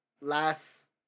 last